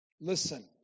Listen